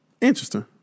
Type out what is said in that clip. interesting